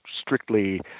strictly